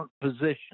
position